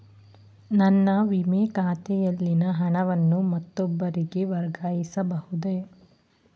ನನ್ನ ವಿಮೆ ಖಾತೆಯಲ್ಲಿನ ಹಣವನ್ನು ಮತ್ತೊಬ್ಬರಿಗೆ ವರ್ಗಾಯಿಸ ಬಹುದೇ?